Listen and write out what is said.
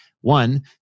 One